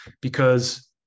Because-